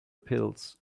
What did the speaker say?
pills